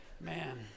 man